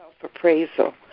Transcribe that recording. self-appraisal